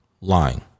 lying